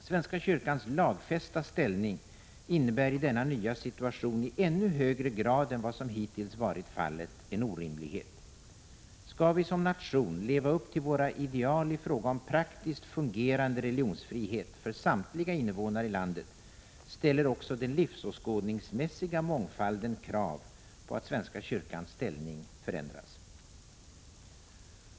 Svenska kyrkans lagfästa ställning innebär i denna nya situation i ännu högre grad än vad som hittills varit fallet en orimlighet. Skall vi som nation leva upp till våra ideal i fråga om praktiskt fungerande religionsfrihet för samtliga invånare i landet, ställer också den livsåskådningsmässiga mångfalden krav på att svenska kyrkans ställning förändras.